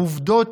עובדות,